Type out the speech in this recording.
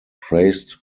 praised